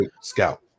Scout